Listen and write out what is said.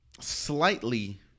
slightly